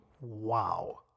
Wow